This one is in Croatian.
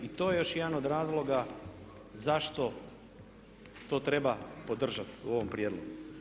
I to je još jedan od razloga zašto to treba podržati u ovom prijedlogu.